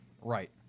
Right